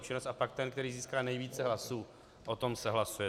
A pak ten, který získá nejvíce hlasů, o tom se hlasuje.